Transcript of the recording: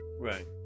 Right